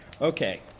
Okay